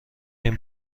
این